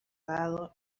dado